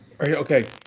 Okay